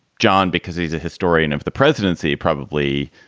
john because he's a historian of the presidency, probably.